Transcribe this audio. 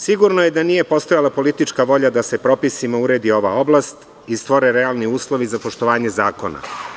Sigurno je da nije postojala politička volja da se propisima uredi ova oblast i stvore realni uslovi za poštovanje zakona.